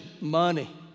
Money